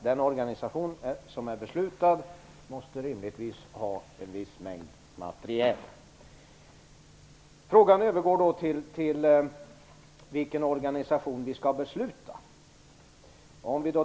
Den organisation som är beslutad måste rimligtvis ha en viss mängd materiel. Frågan övergår då till att gälla vilken organisation vi skall besluta om.